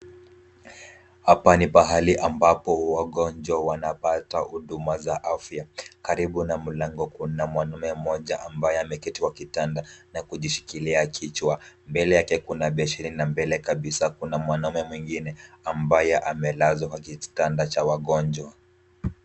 Hapa ni pahali ambapo wagonjwa wanapata huduma za afya. Karibu na mlango kuna mwanaume mmoja ambaye ameketi wakitanda na kujishikilia kichwa. Mbele yake kuna beseni na mbele kabisa kuna mwanaume mwingine ambaye amelazwa wakitanda cha wagonjwa.